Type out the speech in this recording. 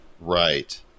right